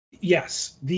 Yes